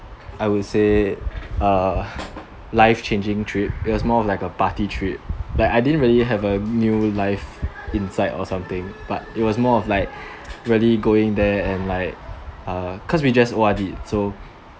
I would say uh life changing trip it was more like a party trip like I didn't really have a new life inside or something but it was more of like really going there and like uh cause we just O_R_Ded so